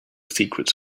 secrets